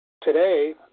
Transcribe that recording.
Today